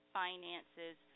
finances